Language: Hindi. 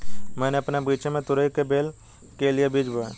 मैंने अपने बगीचे में तुरई की बेल के लिए बीज बोए